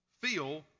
feel